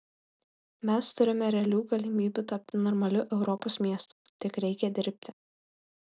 mes turime realių galimybių tapti normaliu europos miestu tik reikia dirbti